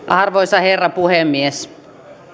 arvoisa herra puhemies